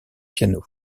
piano